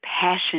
passion